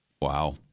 Wow